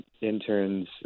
interns